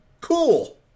Cool